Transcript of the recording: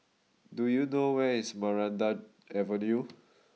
do you know where is Maranta Avenue